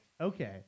Okay